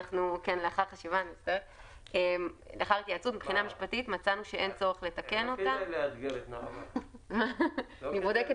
לאחר התייעצות מבחינה משפטית מצאנו שאין צורך לתקן את תקנה 19. את